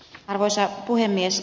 arvoisa puhemies